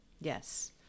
Yes